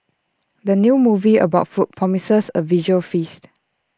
the new movie about food promises A visual feast